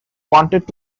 wanted